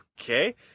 okay